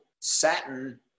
satin